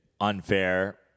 unfair